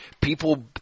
people